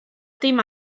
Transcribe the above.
dim